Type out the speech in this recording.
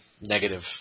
negative